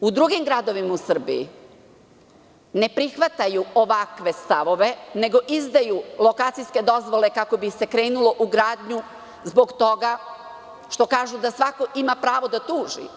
U drugim gradovima u Srbiji ne prihvataju ovakve stavove, nego izdaju lokacijske dozvole kako bi se krenulo u gradnju, zbog toga što kažu da svako ima pravo da tuži.